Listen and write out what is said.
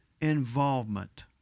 involvement